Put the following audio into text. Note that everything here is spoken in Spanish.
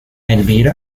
elvira